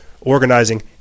organizing